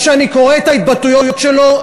כשאני קורא את ההתבטאויות שלו,